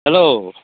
hello